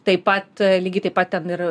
taip pat lygiai taip pat ten ir